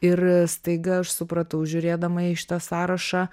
ir staiga aš supratau žiūrėdama į šitą sąrašą